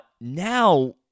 Now